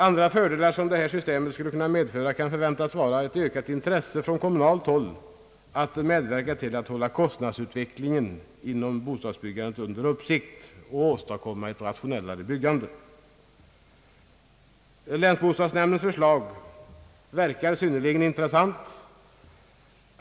Andra fördelar som detta system skulle medföra kan förväntas vara ett ökat intresse från kommunalt håll att medverka till att hålla kostnadsutvecklingen inom bostadsbyggandet under uppsikt och att åstadkomma ett rationellare byggande. Länsbostadsnämndens förslag verkar synnerligen intressant.